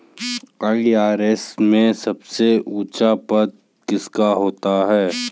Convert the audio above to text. IRS में सबसे ऊंचा पद किसका होता है?